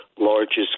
largest